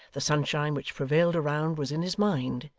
the sunshine which prevailed around was in his mind.